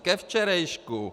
Ke včerejšku.